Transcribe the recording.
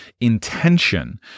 intention